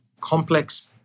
complex